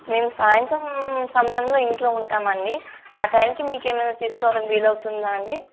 మేము సాయంత్రం సమయంలో ఇంట్లో ఉంటామండి ఆ టైంకి మీకేమైనా తీసుకోడానికి వీలవుతుందా అండి